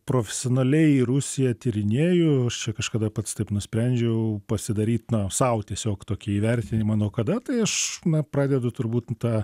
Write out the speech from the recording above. profesionaliai rusiją tyrinėju kažkada pats taip nusprendžiau pasidaryt sau tiesiog tokį įvertinimą nuo kada tai aš pradedu turbūt tą